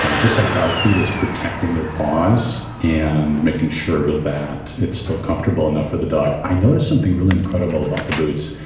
just like our feet is protecting their paws and making sure that it's still comfortable enough for the dog. i notice something really incredible about the boots.